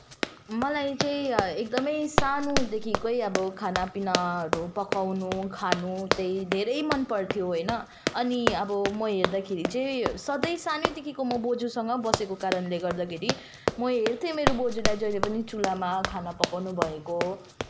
मलाई चाहिँ एकदमै सानोदेखिकै अब खानापिनाहरू पकाउनु खानु चाहिँ धेरै मनपर्थ्यो होइन अनि अब म हेर्दाखेरि चाहिँ सधैँ सानैदेखिको म बोजुसँगै बसेको कारणले गर्दाखेरि म हेर्थेँ मेरो बोजुलाई जहिले पनि चुलामा खाना पकाउनु भएको